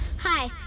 Hi